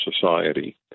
society